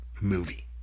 movie